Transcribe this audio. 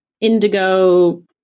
indigo